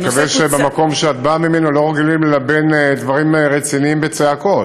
אני מקווה שבמקום שאת באה ממנו לא רגילים ללבן דברים רציניים בצעקות.